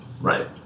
Right